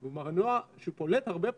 כלומר מנוע שפולט הרבה פחות.